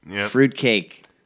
Fruitcake